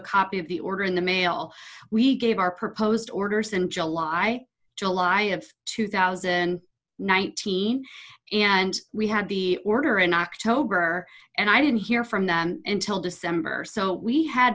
copy of the order in the mail we gave our proposed orders in july july of two thousand and nineteen and we had the order in october and i didn't hear from them until december so we had